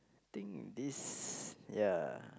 think this ya